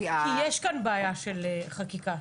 כי יש כאן בעיה של חקיקה.